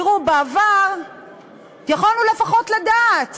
תראו, בעבר יכולנו לפחות לדעת